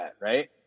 right